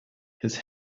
his